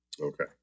Okay